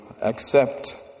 accept